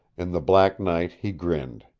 in the black night he grinned.